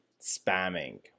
spamming